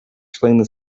explaining